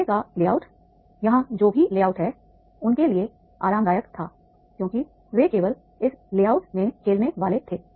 कमरे का लेआउट यहाँ जो भी लेआउट है उनके लिए आरामदायक था क्योंकि वे केवल इस लेआउट में खेलने वाले थे